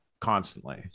constantly